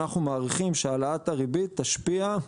אנחנו מעריכים שהעלאת הריבית תשפיע,